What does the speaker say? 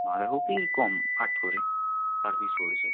বাঁধাকপি কম আট করে পার পিস পড়ছে